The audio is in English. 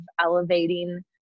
elevating